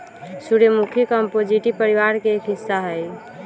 सूर्यमुखी कंपोजीटी परिवार के एक हिस्सा हई